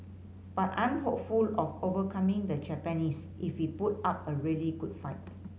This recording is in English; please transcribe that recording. but I'm hopeful of overcoming the Japanese if we put up a really good fight